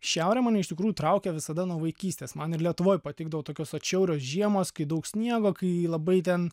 šiaurė mane iš tikrųjų traukia visada nuo vaikystės man ir lietuvoj patikdavo tokios atšiaurios žiemos kai daug sniego kai labai ten